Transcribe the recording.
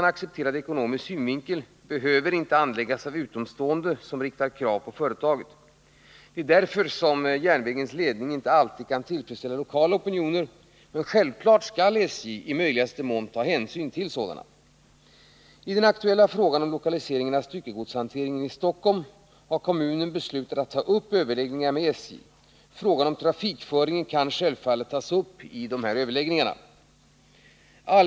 En helt ny terminal vid Årstafältet. som föreslagits av personalen, är ur miljösynpunkt att föredra. Protesterna har därför varit omfattande inom kommunen mot en sådan flyttning. Flyttningen strider helt mot de principer som lagts fast vad gäller trafikpolitiken och dess inriktning på att minska bilismen i tätortsområden.